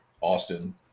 Austin